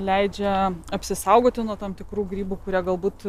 leidžia apsisaugoti nuo tam tikrų grybų kurie galbūt